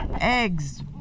Eggs